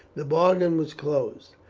the bargain was closed.